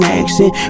action